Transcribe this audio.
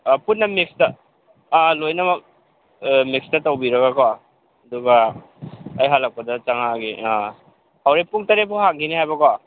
ꯄꯨꯟꯅ ꯃꯤꯛꯁꯇ ꯂꯣꯏꯅꯃꯛ ꯃꯤꯛꯁꯇ ꯇꯧꯕꯤꯔꯒ ꯀꯣ ꯑꯗꯨꯒ ꯑꯩ ꯍꯂꯛꯄꯗ ꯆꯪꯉꯛꯑꯒꯦ ꯍꯣꯔꯦꯟ ꯄꯨꯡ ꯇꯔꯦꯠ ꯐꯥꯎ ꯍꯪꯈꯤꯅꯤ ꯍꯥꯏꯕ ꯀꯣ